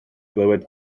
glywed